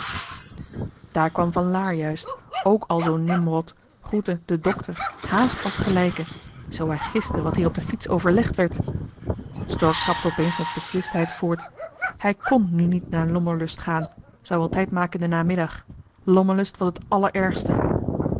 daar kwam van laer juist ook al zoo'n nimrod groette den dokter hààst als gelijke zoo hij giste wat hier op de fiets overlegd werd stork trapte opeens met beslistheid voort hij kn nu niet naar lommerlust gaan zou wel tijd maken in den namiddag lommerlust was het allerergste